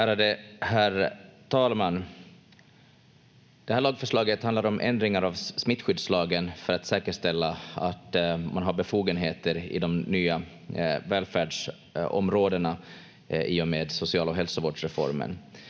Ärade herr talman! Det här lagförslaget handlar om ändringar av smittskyddslagen för att säkerställa att man i de nya välfärdsområdena har befogenheter i och med social- och hälsovårdsreformen.